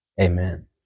Amen